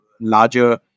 larger